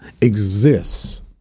exists